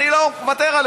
שהמשיך לוותר.